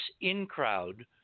in-crowd